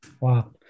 Wow